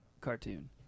cartoon